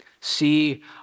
see